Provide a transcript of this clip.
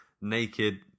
naked